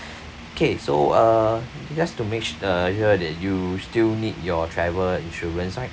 okay so uh just to make su~ sure that you still need your travel insurance right